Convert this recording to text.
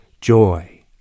joy